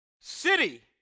city